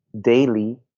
daily